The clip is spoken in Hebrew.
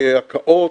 הקאות,